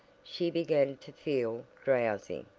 she began to feel drowsy,